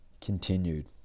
continued